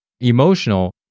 Emotional